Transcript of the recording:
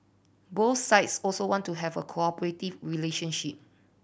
both sides also want to have a cooperative relationship